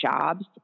jobs